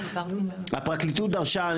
הפרקליטות דרשה,